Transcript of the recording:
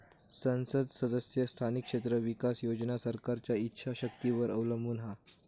सांसद सदस्य स्थानिक क्षेत्र विकास योजना सरकारच्या ईच्छा शक्तीवर अवलंबून हा